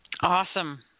Awesome